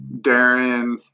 Darren